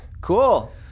Cool